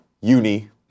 uni